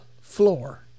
floor